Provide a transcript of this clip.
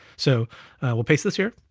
so we'll paste this here,